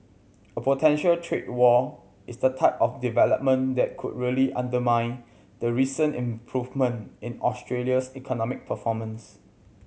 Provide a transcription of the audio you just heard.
a potential trade war is the type of development that could really undermine the recent improvement in Australia's economic performance